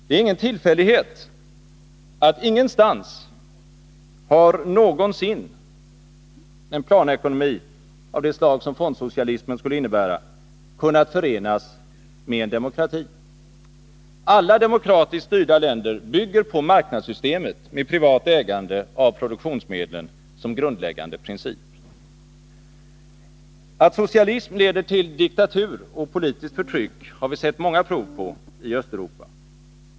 Det är ingen tillfällighet att en planekonomi av det slag som fondsocialismen skulle innebära inte någonstans eller någonsin har kunnat förenas med demokrati. Alla demokratiskt styrda länder bygger på marknadssystemet med privat ägande av produk tionsmedlen som grundläggande princip. Att socialism leder till diktatur och politiskt förtryck har vi sett många prov på i Östeuropa.